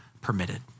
permitted